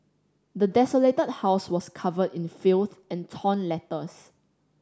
the desolated house was covered in filth and torn letters